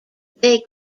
they